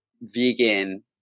vegan